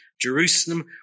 Jerusalem